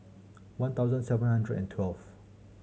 one thousand seven hundred and twelve